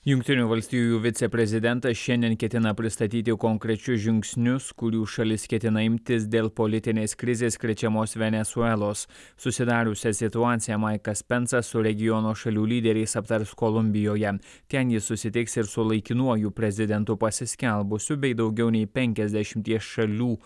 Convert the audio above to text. jungtinių valstijų viceprezidentas šiandien ketina pristatyti konkrečius žingsnius kurių šalis ketina imtis dėl politinės krizės krečiamos venesuelos susidariusią situaciją maikas pensas su regiono šalių lyderiais aptars kolumbijoje ten jis susitiks ir su laikinuoju prezidentu pasiskelbusiu bei daugiau nei penkiasdešimties šalių